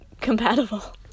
compatible